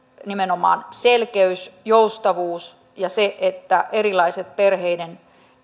nimenomaan selkeys joustavuus ja se että erilaiset perheiden